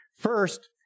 First